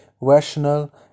rational